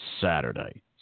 saturday